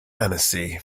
annecy